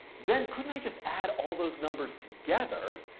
then couldn't i just add all those numbers together?